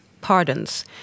pardons